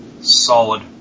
Solid